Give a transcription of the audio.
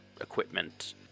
equipment